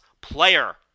player